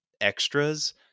extras